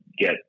get